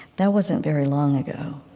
that wasn't very long ago